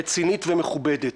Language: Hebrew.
רצינית ומכובדת.